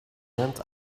went